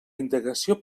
indagació